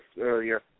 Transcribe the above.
earlier